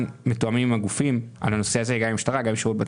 אנחנו מצביעים על פנייה 26 עד 28ף. מי בעד?